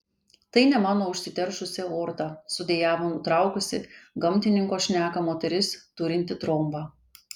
tai ne mano užsiteršusi aorta sudejavo nutraukusi gamtininko šneką moteris turinti trombą